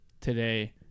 today